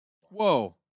Whoa